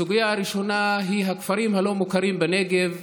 הסוגיה הראשונה היא הכפרים הלא-מוכרים בנגב.